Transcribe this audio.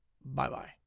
Bye-bye